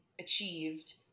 achieved